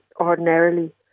ordinarily